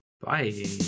bye